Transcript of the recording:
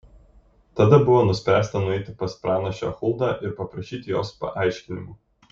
tada buvo nuspręsta nueiti pas pranašę huldą ir paprašyti jos paaiškinimų